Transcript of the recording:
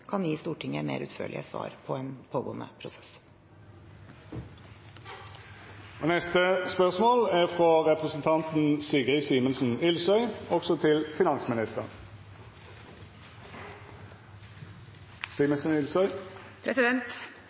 kan gi Stortinget mer utførlige svar på en pågående prosess.